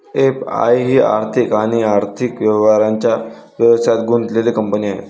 FI ही आर्थिक आणि आर्थिक व्यवहारांच्या व्यवसायात गुंतलेली कंपनी आहे